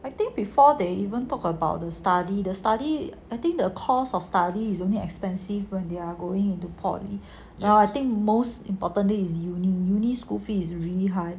I think before they even talk about the study the study I think the course of study is only expensive when they're going into poly now I think most importantly is uni uni school fee is really high